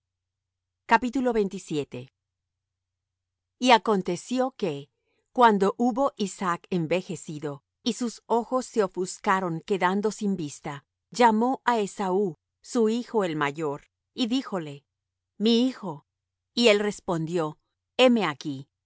á rebeca y acontecio que cuando hubo isaac envejecido y sus ojos se ofuscaron quedando sin vista llamó á esaú su hijo el mayor y díjole mi hijo y él respondió heme aquí